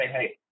hey